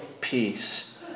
peace